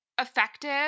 effective